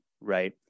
right